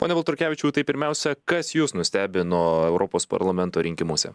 pone baltrukevičiau tai pirmiausia kas jus nustebino europos parlamento rinkimuose